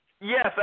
Yes